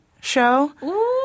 show